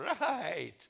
right